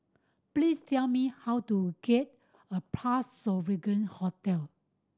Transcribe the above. please tell me how to get a Parc Sovereign Hotel